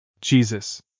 Jesus